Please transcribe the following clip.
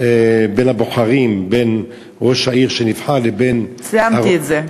קולות בין ראש העיר שנבחר לבין, ציינתי את זה.